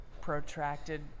protracted